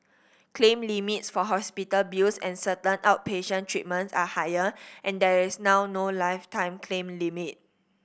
claim limits for hospital bills and certain outpatient treatments are higher and there is now no lifetime claim limit